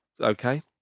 okay